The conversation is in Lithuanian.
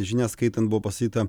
žinias skaitant buvo pasakyta